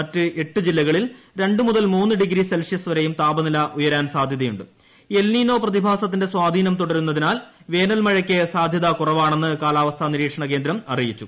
മറ്റ് എട്ട് ജില്ലകളിൽ രണ്ട് മുതൽ മൂന്ന് ഡിഗ്രി സെൽഷ്യസ് വരെയും താപനില ഉയരാൻ എൽനീനോ പ്രതിഭാസത്തിൻറെ സ്വാധീനം തുടരുന്നതിനാൽ വേനൽമഴയ്ക്ക് സാധ്യത കുറവാണെന്ന് കാലാവസ്ഥാ നിരീക്ഷണ കേന്ദ്രം അറിയിച്ചു